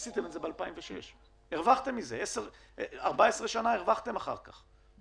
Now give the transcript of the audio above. עשיתם את זה ב- 2006. 14 שנה הרווחתם אחר כך.